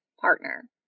partner